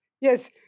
yes